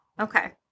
okay